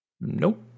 Nope